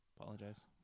Apologize